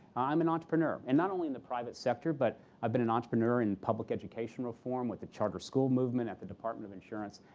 i'm an entrepreneur. and not only in the private sector, but i've been an entrepreneur in public education reform with the charter school movement, in the department of insurance.